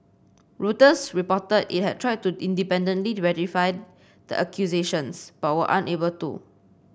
reuters reported it had tried to independently verify the accusations but were unable to